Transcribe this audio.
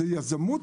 זו יזמות,